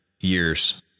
years